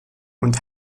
und